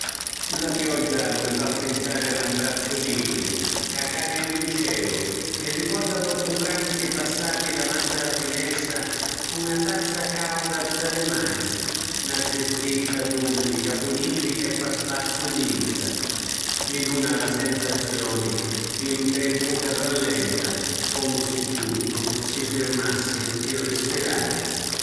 La pioggia mi fa pinsari a ‘n abbrazzu liquidu ca cadi da lu celu; mi ricorda doppupranzi passati davanti a la finestra cu na tazza cauda tra li manu, na tristizza duci ca purifica e fa spaziu dintra; mi duna la sensazioni di lu tempu ca rallenta, comu si tuttu si firmassi pi rispirari.